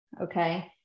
Okay